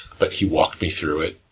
but he walked me through it,